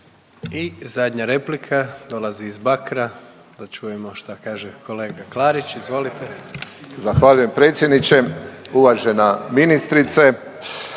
I zadnja replika, dolazi iz Bakra. Da čujemo šta kaže kolega Klarić. Izvolite. **Klarić, Tomislav (HDZ)** Zahvaljujem predsjedniče. Uvažena ministrice,